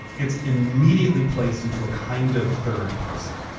it's immediately placed into a kind of third person.